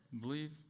believe